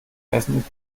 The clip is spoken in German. essen